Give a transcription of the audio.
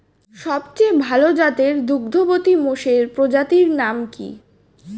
সবচেয়ে ভাল জাতের দুগ্ধবতী মোষের প্রজাতির নাম কি?